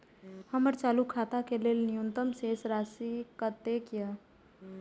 हमर चालू खाता के लेल न्यूनतम शेष राशि कतेक या?